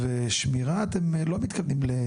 ושמירה אתם לא מתכוונים לעובדים זרים.